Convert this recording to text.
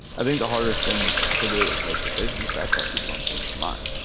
i think the hardest thing to do is make decisions. that's why people don't change their mind.